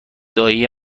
دایی